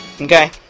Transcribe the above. okay